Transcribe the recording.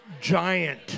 giant